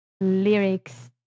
lyrics